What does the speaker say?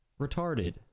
retarded